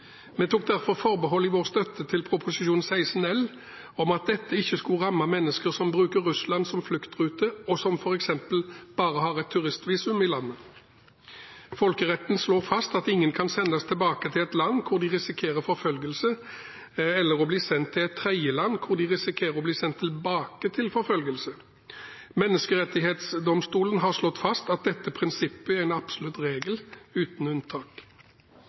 Vi tok derfor forbehold i vår støtte til Prop. 16 L om at dette ikke skulle ramme mennesker som bruker Russland som fluktrute og f.eks. bare har et turistvisum i landet. Folkeretten slår fast at ingen kan sendes tilbake til et land hvor de risikerer forfølgelse eller å bli sendt til et tredjeland hvor de risikerer å bli sendt tilbake til forfølgelse. Menneskerettighetsdomstolen har slått fast at dette prinsippet er en absolutt regel uten unntak.